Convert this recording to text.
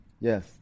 Yes